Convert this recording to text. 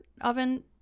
oven